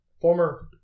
former